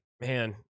Man